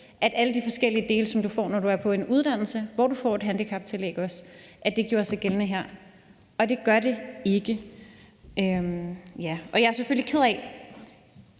at alle de forskellige dele, som du får, når du er på en uddannelse, hvor du også får et handicaptillæg, også gjorde sig gældende her, og det gør det ikke. Jeg selvfølgelig ked af,